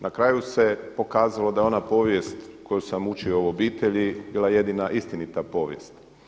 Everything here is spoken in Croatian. Na kraju se pokazalo da je ona povijest koju sam učio u obitelji bila jedina istinita povijest.